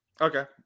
Okay